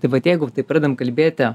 tai vat jeigu taip pradedam kalbėti